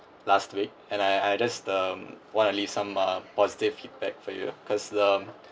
last week and I I just um want to leave some uh positive feedback for you because the